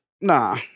Nah